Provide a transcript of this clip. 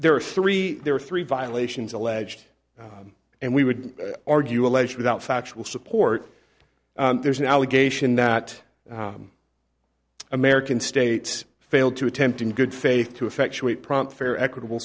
there are three there are three violations alleged and we would argue alleged without factual support there's an allegation that american state failed to attempt in good faith to effectuate prompt fair equitable